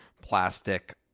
plastic